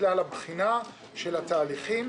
וכלל הבחינה של התהליכים.